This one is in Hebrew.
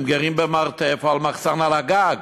הם גרים במרתף או במחסן על הגג,